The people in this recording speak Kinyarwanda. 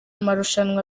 marushanwa